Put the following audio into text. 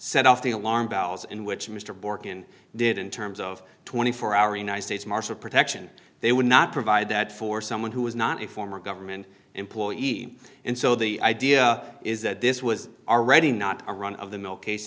set off the alarm bells in which mr bork in did in terms of twenty four hour united states marshal protection they would not provide that for someone who was not a former government employee and so the idea is that this was already not a run of the mill case